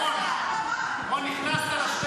מי הוא שיגיד את זה בכלל?